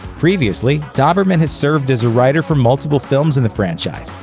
previously, dauberman has served as a writer for multiple films in the franchise,